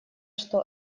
что